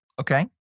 Okay